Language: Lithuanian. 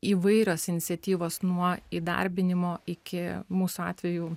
įvairios iniciatyvos nuo įdarbinimo iki mūsų atveju